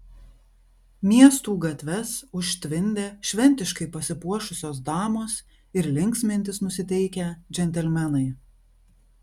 miestų gatves užtvindė šventiškai pasipuošusios damos ir linksmintis nusiteikę džentelmenai